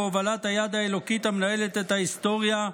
בהובלת היד האלוקית המנהלת את ההיסטוריה,